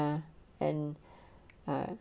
ah and ah